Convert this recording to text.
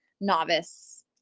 novice